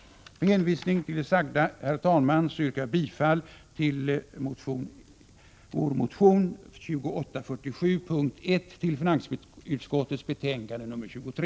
Med hänvisning till det sagda yrkar jag bifall till vår reservation till finansutskottets betänkande 23.